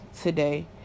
today